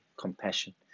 compassion